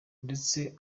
ndetse